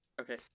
okay